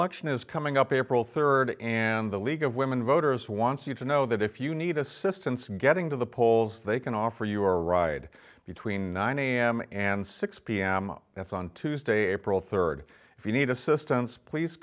election is coming up april third and the league of women voters wants you to know that if you need assistance getting to the polls they can offer you a ride between nine am and six pm that's on tuesday april third if you need assistance please